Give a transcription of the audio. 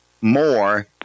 more